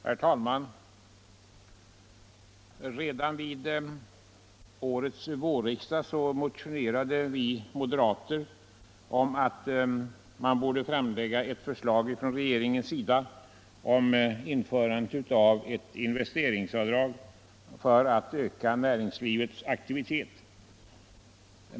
Herr talman! Redan vid vårriksdagen motionerade vi moderater om att regeringen borde framlägga förslag om ett investeringsavdrag för att öka näringslivets aktivitet.